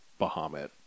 Bahamut